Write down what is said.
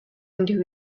into